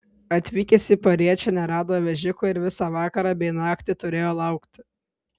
atvykęs į pariečę nerado vežiko ir visą vakarą bei naktį turėjo laukti